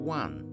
one